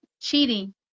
cheating